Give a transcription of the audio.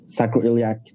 sacroiliac